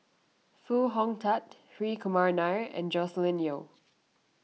Foo Hong Tatt Hri Kumar Nair and Joscelin Yeo